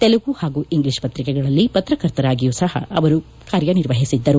ತೆಲುಗು ಹಾಗೂ ಇಂಗ್ಲೀಷ್ ಪ್ರತಿಕೆಗಳಲ್ಲಿ ಪತ್ರಕರ್ತರಾಗಿಯೂ ಸಹ ಇವರು ಕಾರ್ಯ ನಿರ್ವಹಿಸಿದ್ದರು